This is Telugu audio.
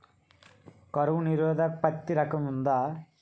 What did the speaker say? కరువు నిరోధక పత్తి రకం ఉందా?